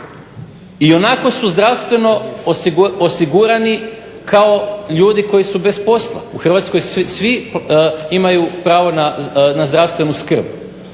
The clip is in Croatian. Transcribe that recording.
ionako su zdravstveno osigurani kao ljudi koji su bez posla. U Hrvatskoj svi imaju pravo na zdravstvenu skrb.